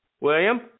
William